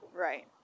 Right